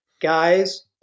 Guys